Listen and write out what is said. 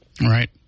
right